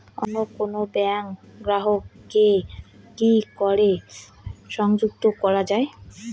অন্য কোনো ব্যাংক গ্রাহক কে কি করে সংযুক্ত করা য়ায়?